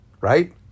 right